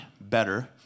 better